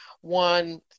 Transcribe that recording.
one